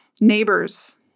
neighbors